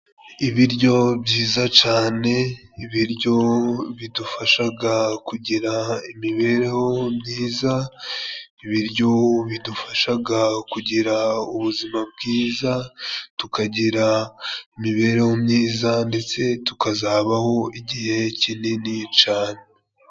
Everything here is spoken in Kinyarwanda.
Ibiryo byiza cane, ibiryo bidufashaga kugira imibereho myiza, ibiryo bidufashaga kugira ubuzima bwiza tukagira imibereho myiza ndetse tukazabaho igihe kinini cane.